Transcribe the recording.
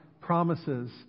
promises